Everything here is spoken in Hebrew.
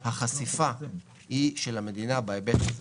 צריך להבין, החשיפה היא של המדינה בהיבט הזה